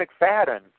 McFadden